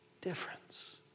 difference